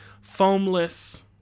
foamless